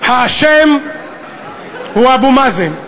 האשם הוא אבו מאזן.